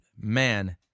man